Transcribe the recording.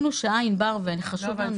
הדיון נקבע לשעה וחשוב שנשמע אותם.